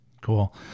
Cool